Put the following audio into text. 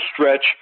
stretch